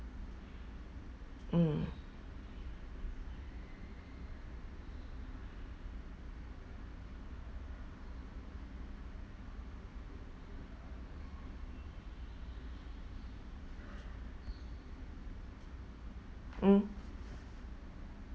mm mm